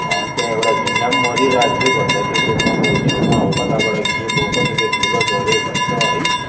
त्यहाँ एउटा झिङा मरिरहेको थियो भन्दै थियो त्यो ममको छेउमा अब कताबाट के भयो कसैले धुलो झर्यो भन्छ है